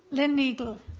lynne neagle